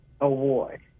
Award